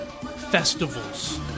Festivals